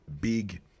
big